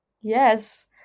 yes